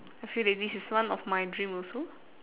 I feel that this is one of my dream also